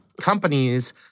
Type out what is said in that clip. companies